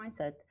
mindset